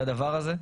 לדבר הזה,